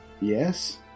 Yes